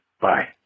Bye